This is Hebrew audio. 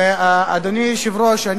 אדוני היושב-ראש,